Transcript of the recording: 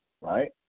right